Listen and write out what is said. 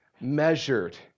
measured